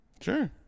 Sure